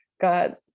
got